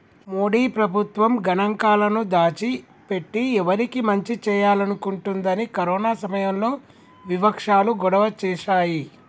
మోడీ ప్రభుత్వం గణాంకాలను దాచి పెట్టి ఎవరికి మంచి చేయాలనుకుంటుందని కరోనా సమయంలో వివక్షాలు గొడవ చేశాయి